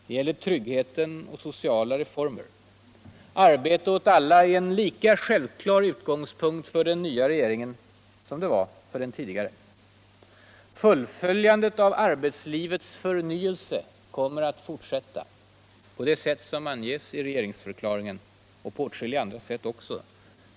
Det gäller tryggheten och sociala reformer. Arbete åt alla är en lika självklar utgångspunkt för den nya regeringen som det var för den tidigare. Fullföljundet av urbetshivets förnyelse kommer att fortsätta på det sätt som anges i regeringsförklaringen, och på åtskilliga andra sätt också.